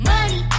Money